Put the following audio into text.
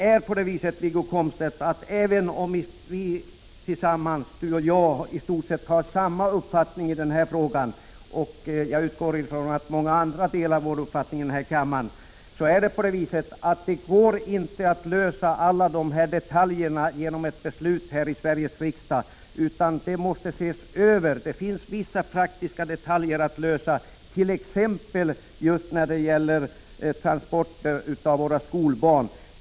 Även om Wiggo Komstedt och jag har i stort sett samma uppfattning i denna fråga, och jag utgår från att även många andra i denna kammare delar vår uppfattning, går det inte att lösa alla dessa detaljer genom ett beslut här i Sveriges riksdag. Dessa problem måste ses över. Det finns vissa praktiska detaljer att lösa, t.ex. just när det gäller transport av våra skolbarn.